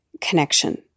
connection